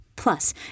Plus